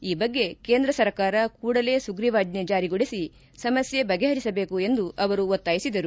ಈ ಬಗ್ಗೆ ಕೇಂದ್ರ ಸರ್ಕಾರ ಕೂಡಲೇ ಸುಗ್ರೀವಾಜ್ಞೆ ಜಾರಿಗೊಳಿಸಿ ಸಮಸ್ಯೆ ಬಗೆಪರಿಸಬೇಕು ಎಂದು ಒತ್ತಾಯಿಸಿದರು